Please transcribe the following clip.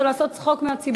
זה לעשות צחוק מהציבור.